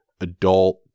adult